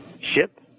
ship